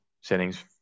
settings